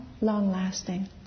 long-lasting